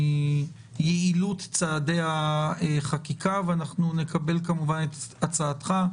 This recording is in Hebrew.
מיעילות צעדי החקיקה ואנחנו נקבל כמובן את הצעתך,